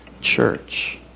church